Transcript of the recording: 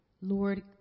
Lord